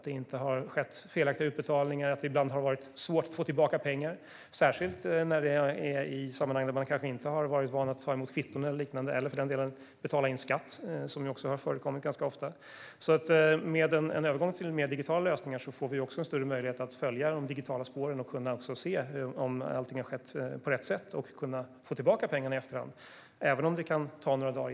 Det har skett felaktiga utbetalningar, och det har ibland varit svårt att få tillbaka pengar, särskilt i sammanhang där man inte har brukat ta emot kvitton eller, för den delen, betala in skatt. Med en övergång till mer digitala lösningar får vi också en större möjlighet att följa de digitala spåren och se om allt har skett på rätt sätt och också kunna få tillbaka pengar i efterhand, även om det kan ta några dagar.